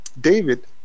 David